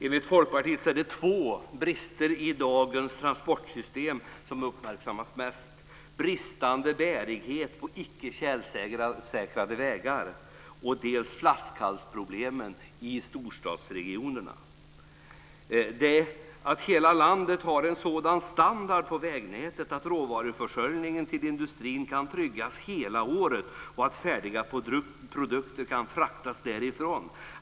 Enligt Folkpartiet finns det två brister i dagens transportsystem som bör uppmärksammas mest. Det gäller bristande bärighet på icke tjälsäkrade vägar och flaskhalsproblemen i storstadsregionerna. Hela landet måste ha en sådan standard på vägnätet att råvaruförsörjningen till industrin kan tryggas hela året och att färdiga produkter kan fraktas därifrån.